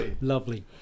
Lovely